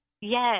Yes